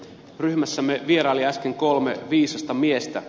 ryhmässämme vieraili äsken kolme viisasta miestä